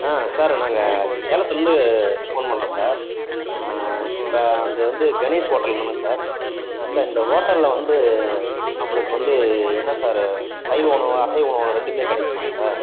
ஆ sir நாங்கள் இங்கே சேலத்துலேருந்து ஃபோன் பண்ணுறோம் சார் இப்போது அந்த வந்து கணேஷ் ஹோட்டல்தானே சார் ஆ சார் இந்த ஹோட்டல்ல வந்து நம்மளுக்கு வந்து என்ன சார் சைவ உணவு அசைவ உணவு ரெண்டுமே கிடைக்குமாங்க சார்